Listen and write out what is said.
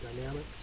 dynamics